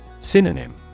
Synonym